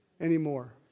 anymore